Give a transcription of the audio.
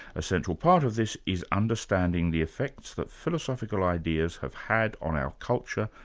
a central part of this is understanding the effects that philosophical ideas have had on our culture,